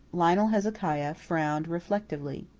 lionel hezekiah frowned reflectively.